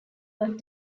but